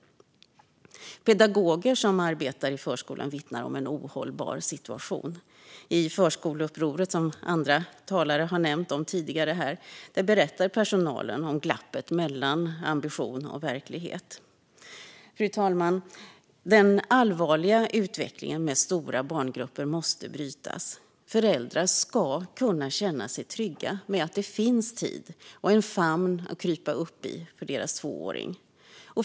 Pedagoger som jobbar i förskolan vittnar om en ohållbar situation. I Förskoleupproret, som andra talare har nämnt tidigare här, berättar personalen om glappet mellan ambition och verklighet. Fru talman! Den allvarliga utvecklingen med stora barngrupper måste brytas. Föräldrar ska kunna känna sig trygga med att det finns tid, och en famn att krypa upp i, för deras tvååring.